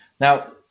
Now